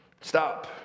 stop